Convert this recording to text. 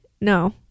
No